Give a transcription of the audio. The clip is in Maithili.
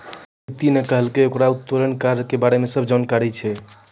प्रीति ने कहलकै की ओकरा उत्तोलन कर्जा के बारे मे सब जानकारी छै